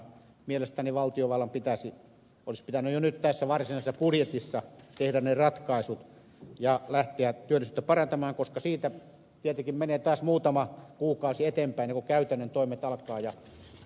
mielestäni valtiovallan pitäisi olisi pitänyt jo nyt tässä varsinaisessa budjetissa tehdä ne ratkaisut ja lähteä työllisyyttä parantamaan koska siitä tietenkin menee taas muutama kuukausi eteenpäin ennen kuin käytännön toimet alkavat